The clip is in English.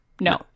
No